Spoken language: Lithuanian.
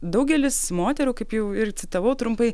daugelis moterų kaip jau ir citavau trumpai